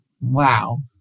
Wow